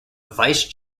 vice